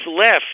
left